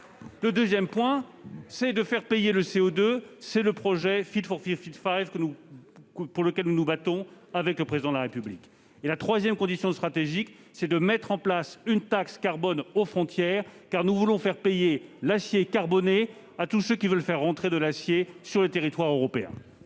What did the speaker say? Le deuxième point, c'est de faire payer le CO2. C'est le projet, pour lequel nous nous battons, avec le soutien du Président de la République. La troisième condition stratégique, c'est de mettre en place une taxe carbone aux frontières, car nous voulons faire payer l'acier carboné à tous ceux qui veulent faire entrer de l'acier sur le territoire européen.